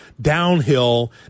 downhill